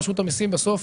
רשות המיסים בסוף